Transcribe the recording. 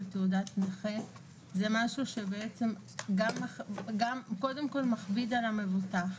תעודת נכה זה משהו שקודם כל מכביד על המבוטח,